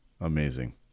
amazing